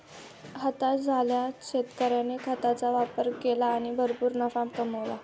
हताश झालेल्या शेतकऱ्याने खताचा वापर केला आणि भरपूर नफा कमावला